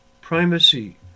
primacy